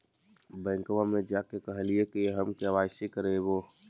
बैंकवा मे जा के कहलिऐ कि हम के.वाई.सी करईवो?